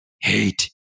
Hate